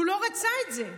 הוא לא רצה את זה.